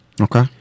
Okay